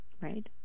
Right